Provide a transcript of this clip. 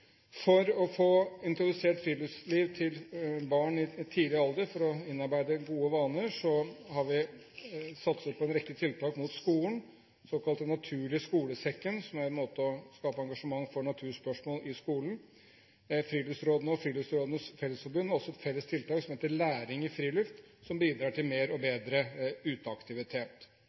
For å få introdusert friluftsliv til barn i tidlig alder for å innarbeide gode vaner har vi satset på en rekke tiltak mot skolen, bl.a. Den naturlige skolesekken, som er en måte å skape engasjement for naturspørsmål i skolen på. Friluftsrådene og Friluftsrådenes Landsforbund har også et felles tiltak som heter «Læring i friluft», som bidrar til mer og bedre uteaktivitet.